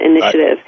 initiative